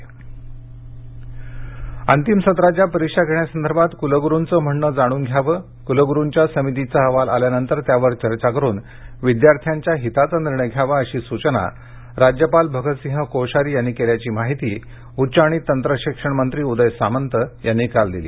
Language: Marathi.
राज्यपाल अंतिम सत्राच्या परीक्षा घेण्यासंदर्भात कुलगुरूंचं म्हणणं जाण्न घ्यावं कुलगुरूंच्या समितीचा अहवाल आल्यानंतर त्यावर चर्चा करून विद्यार्थ्यांच्या हिताचा निर्णय घ्यावा अशी सुचना राज्यपाल भगतसिंह कोश्यारी यांनी केल्याची माहिती उच्च आणि तंत्रशिक्षण मंत्री उदय सामंत यांनी काल दिली